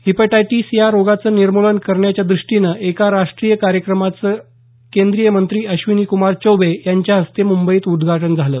hepatitis या रोगाचं निर्मूलन करण्याचं दृष्टीने एका राष्ट्रीय कार्यक्रमाचं केंद्रीय मंत्री अश्विनी कुमार चौबे यांच्या हस्ते मुंबईत उद्घाटन झालं